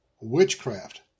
witchcraft